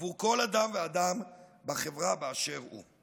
עבור כל אדם ואדם בחברה באשר הוא.